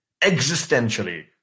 existentially